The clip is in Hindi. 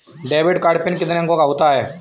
डेबिट कार्ड पिन कितने अंकों का होता है?